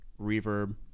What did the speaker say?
reverb